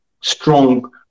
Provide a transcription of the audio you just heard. strong